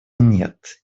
нет